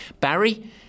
Barry